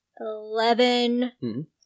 Eleven